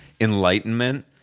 enlightenment